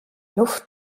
luft